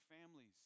families